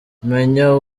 menya